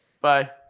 bye